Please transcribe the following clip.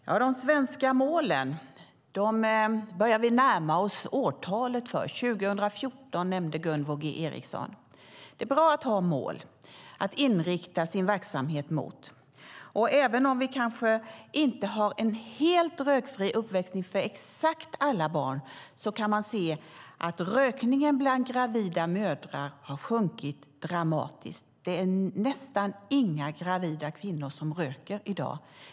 Herr talman! Ja, de svenska målen börjar vi närma oss årtalet för - 2014 nämnde Gunvor G Ericson. Det är bra att ha mål att inrikta sin verksamhet mot. Även om vi kanske inte har en helt rökfri uppväxtmiljö för exakt alla barn kan vi se att rökningen bland gravida mödrar har sjunkit dramatiskt. Det är nästan inga gravida kvinnor som röker i dag.